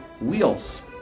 wheels